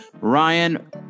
Ryan